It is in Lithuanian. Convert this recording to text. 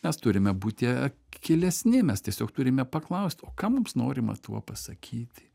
mes turime būti akylesni mes tiesiog turime paklaust o ką mums norima tuo pasakyti